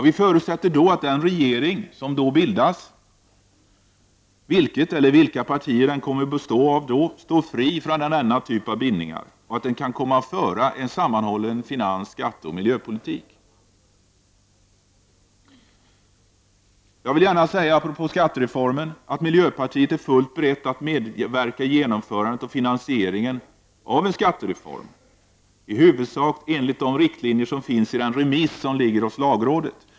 Vi förutsätter att den regering som då bildas, vilket eller vilka partier den än kommer att består av då, står fri från denna typ av bindningar och att den skall kunna föra en sammanhållen finans-, skatteoch miljöpolitik. Jag vill gärna säga apropå skattereformen att miljöpartiet är fullt berett att medverka i genomförandet och finansieringen av en skattereform i huvudsak enligt de riktlinjer som finns i den remiss som nu ligger hos lagrådet.